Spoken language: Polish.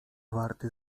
warty